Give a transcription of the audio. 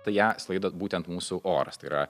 tai ją sklaido būtent mūsų oras tai yra